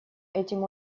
этим